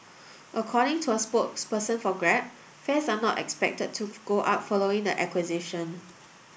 according to a spokesperson for Grab fares are not expected to go up following the acquisition